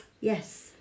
Yes